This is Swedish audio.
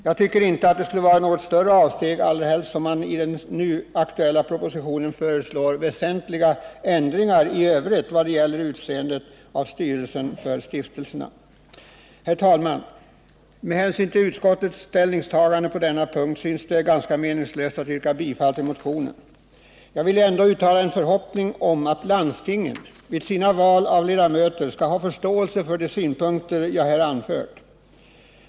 Jag tycker inte att det skulle ha inneburit något större avsteg, allra helst som man iden nu aktuella propositionen föreslår väsentliga ändringar i övrigt vad gäller sammansättningen av stiftelsernas styrelser. Herr talman! Med hänsyn till utskottets ställningstagande på denna punkt synes det ganska meningslöst att yrka bifall till motionen. Jag vill ändå uttala en förhoppning om att landstingen vid sina val av ledamöter skall ha förståelse för de synpunkter jag här har anfört.